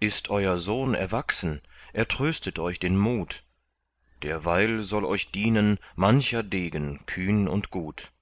ist euer sohn erwachsen er tröstet euch den mut derweil soll euch dienen mancher degen kühn und gut